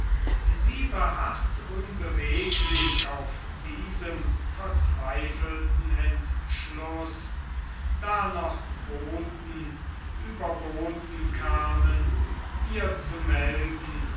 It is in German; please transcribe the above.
sie beharrt unbeweglich auf diesem verzweifelten entschluß da noch boten über boten kamen ihr zu melden